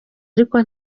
ariko